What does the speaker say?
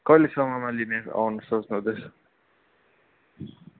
कहिलेसम्ममा लिने आउने सोच्नुहुँदैछ